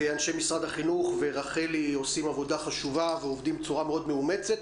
ואנשי משרד החינוך ורחלי עושים עבודה חשובה ועובדים בצורה מאוד מאומצת.